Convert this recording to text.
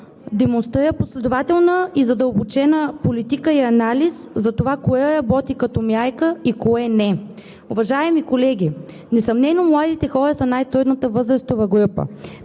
демонстрира последователна и задълбочена политика и анализ за това кое работи като мярка и кое не. Уважаеми колеги, несъмнено младите хора са най-трудната възрастова група.